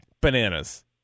bananas